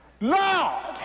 Lord